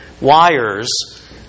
wires